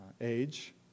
age